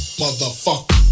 motherfucker